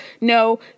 no